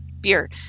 beer